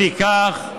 לפיכך,